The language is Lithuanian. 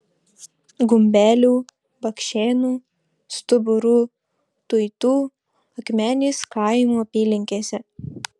gumbelių bakšėnų stuburų tuitų akmenės kaimų apylinkėse